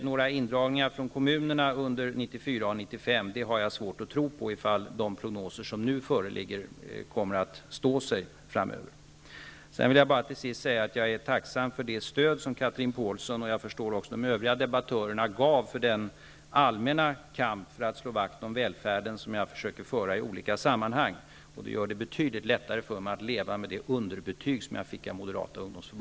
Några indragningar från kommunerna under 1994 och 1995 har jag alltså svårt att tro på, om de prognoser som nu föreligger kommer att stå sig framöver. Jag vill till sist säga att jag är tacksam för det stöd som Chatrine Pålsson och de övriga debattörerna gav för den allmänna kamp för att slå vakt om välfärden som jag försöker föra i olika sammanhang. Det gör det betydligt lättare för mig att leva med det underbetyg som jag fick av